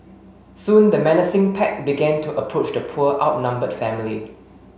soon the menacing pack began to approach the poor outnumbered family